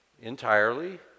Entirely